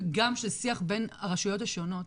וגם של שיח בין הרשויות השונות.